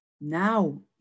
now